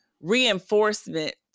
reinforcement